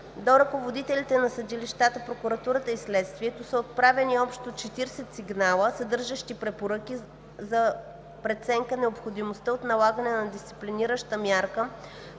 До ръководителите на съдилищата, прокуратурата и следствието са отправени общо 40 сигнала, съдържащи препоръки за преценка необходимостта от налагане на дисциплинираща мярка